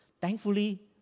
Thankfully